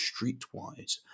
streetwise